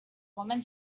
woman